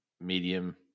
medium